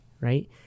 Right